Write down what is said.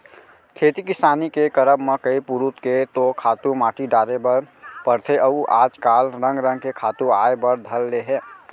खेती किसानी के करब म कई पुरूत के तो खातू माटी डारे बर परथे अउ आज काल रंग रंग के खातू आय बर धर ले हे